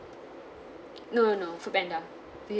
no no no foodpanda